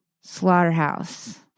slaughterhouse